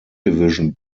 division